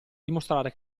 dimostrare